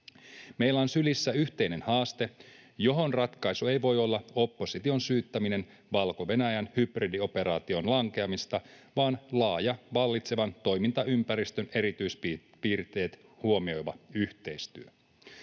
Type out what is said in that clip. Meillä on sylissä yhteinen haaste, johon ratkaisu ei voi olla opposition syyttäminen Valko-Venäjän hybridioperaation lankeamisesta vaan laaja, vallitsevan toimintaympäristön erityispiirteet huomioiva yhteistyö.